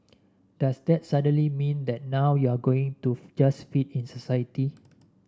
does that suddenly mean that now you're going to just fit in society